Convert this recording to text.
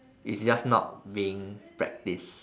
it's just not being practiced